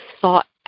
thought